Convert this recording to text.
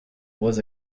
was